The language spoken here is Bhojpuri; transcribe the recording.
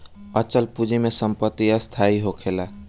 अचल पूंजी में संपत्ति स्थाई होखेला